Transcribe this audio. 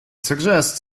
suggests